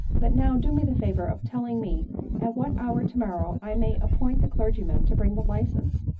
but now do me the favor of telling me at what hour tomorrow i may appoint the clergyman to bring the license?